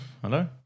Hello